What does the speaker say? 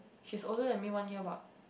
he is older than me one year about